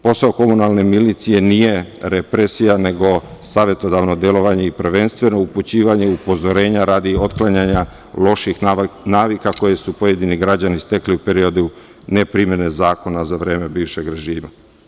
Posao komunalne milicije nije represija, nego savetodavno delovanje i prvenstveno upućivanje upozorenja radi otklanjanja loših navika koje su pojedini građani stekli u periodu neprimene zakona za vreme bivšeg režima.